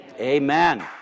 Amen